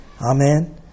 Amen